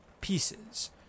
pieces